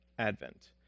Advent